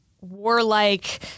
warlike